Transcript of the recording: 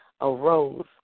arose